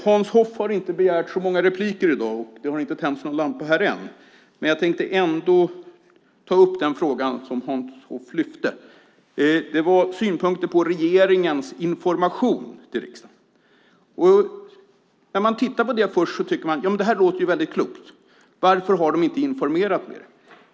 Hans Hoff har inte begärt så många repliker i dag, men jag tänkte ta upp en fråga som Hans Hoff lyfte fram, och det gäller synpunkter på regeringens information. När man tänker på det först tycker man: Det där låter väldigt klokt. Varför har man inte informerat mer?